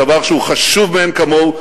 דבר שהוא חשוב מאין כמוהו.